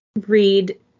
read